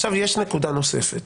יש נקודה נוספת: